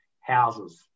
houses